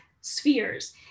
spheres